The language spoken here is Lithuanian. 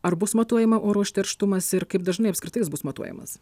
ar bus matuojama oro užterštumas ir kaip dažnai apskritai jis bus matuojamas